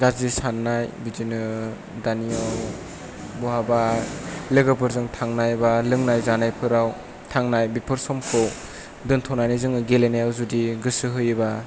गाज्रि साननाय बिदिनो दानियाव बिदिनो बहाबा लोगोफोरजों थांनाय एबा लोंनाय जानायफोराव थांनाय बेफोर समखौ दोनथ'नानै जोङो गेलेनायाव जुदि गोसो होयोब्ला